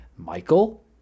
Michael